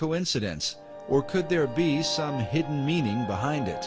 coincidence or could there be some hidden meaning behind it